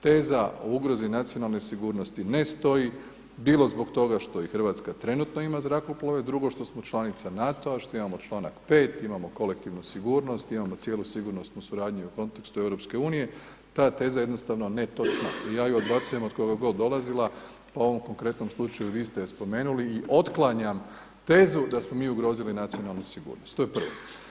Teza o ugrozi nacionalne sigurnosti ne stoji, bilo zbog toga što i Hrvatska trenutno ima zrakoplove, drugo što smo članica NATO-a što imamo članak 5. imamo kolektivnu sigurnost, imamo cijelu sigurnosnu suradnju u kontekstu EU, ta teza je jednostavno netočna i ja ju odbacujem od koga god dolazila, pa u ovom konkretnom slučaju vi ste je spomenuli i otklanjam tezu da smo mi ugrozili nacionalnu sigurnost, to je prvo.